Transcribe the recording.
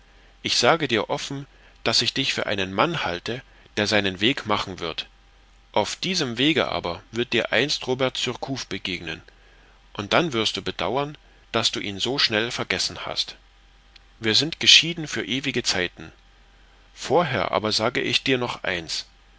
ich sage dir offen daß ich dich für einen mann halte der seinen weg machen wird auf diesem wege aber wird dir einst robert surcouf begegnen und dann wirst du bedauern daß du ihn so schnell vergessen hast wir sind geschieden für ewige zeiten vorher aber sage ich nur noch eins